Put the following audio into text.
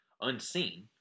unseen